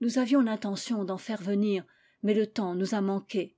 nous avions l'intention d'en faire venir mais le temps nous a manqué